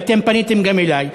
ואתם פניתם גם אלי,